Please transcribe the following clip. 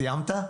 סיימת?